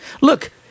Look